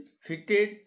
fitted